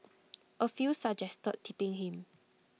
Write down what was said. A few suggested tipping him